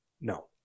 No